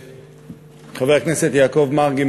חבר הכנסת יעקב מרגי,